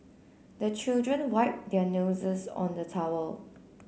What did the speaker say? the children wipe their noses on the towel